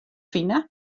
fine